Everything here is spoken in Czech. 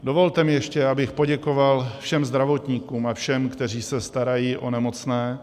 Dovolte mi ještě, abych poděkoval všem zdravotníkům a všem, kteří se starají o nemocné.